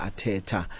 Ateta